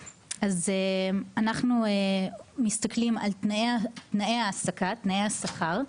אז אנחנו מסתכלים על תנאי העסקה, תנאי השכר,